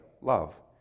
love